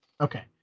Okay